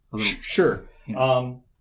Sure